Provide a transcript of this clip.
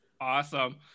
Awesome